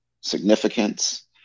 significance